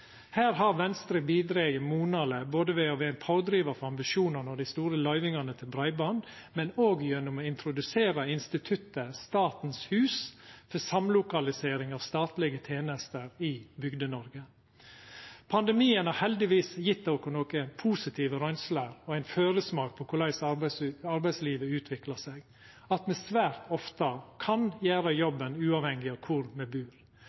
Her har Venstre bidrege monaleg ved å vera pådrivar for ambisjonar under dei store løyvingane til breiband, men òg gjennom å introdusera instituttet Statens Hus til samlokalisering av statlege tenester i Bygde-Noreg. Pandemien har heldigvis gjeve oss nokre positive røynsler og ein føresmak på korleis arbeidslivet utviklar seg, at me svært ofte kan gjera jobben uavhengig av kvar me bur